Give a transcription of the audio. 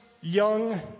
young